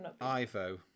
Ivo